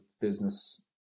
business